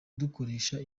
dukoresha